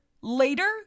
later